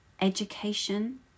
education